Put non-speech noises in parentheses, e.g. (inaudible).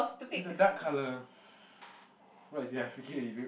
it's a dark colour (breath) what is it ah I forget already